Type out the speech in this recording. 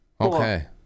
Okay